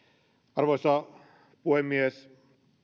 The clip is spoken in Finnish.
arvoisa puhemies